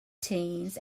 teens